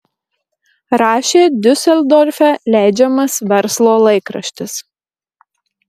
rašė diuseldorfe leidžiamas verslo laikraštis